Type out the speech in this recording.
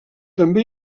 també